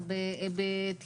אבל 70%